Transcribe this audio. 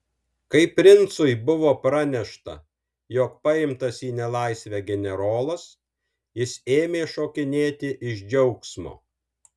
kai princui buvo pranešta jog paimtas į nelaisvę generolas jis ėmė šokinėti iš džiaugsmo